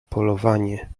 polowanie